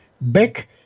back